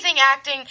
acting